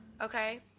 okay